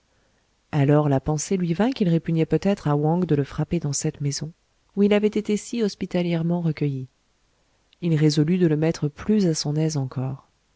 alors la pensée lui vint qu'il répugnait peut-être à wang de le frapper dans cette maison où il avait été si hospitalièrement recueilli il résolut de le mettre plus à son aise encore